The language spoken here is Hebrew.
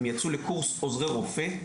הם יצאו לקורס עוזרי רופא,